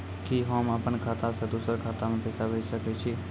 कि होम अपन खाता सं दूसर के खाता मे पैसा भेज सकै छी?